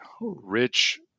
rich